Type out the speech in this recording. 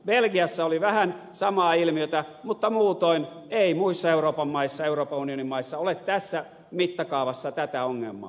belgiassa oli vähän samaa ilmiötä mutta muutoin ei muissa euroopan unionin maissa ole tässä mittakaavassa tätä ongelmaa